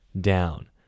down